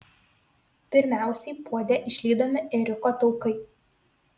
pirmiausiai puode išlydomi ėriuko taukai